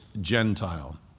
Gentile